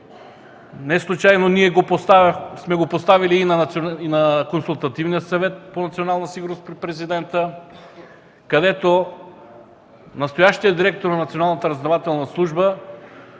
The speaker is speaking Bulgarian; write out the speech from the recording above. Неслучайно ние сме го поставили и на Консултативния съвет по национална сигурност при Президента, където настоящият директор на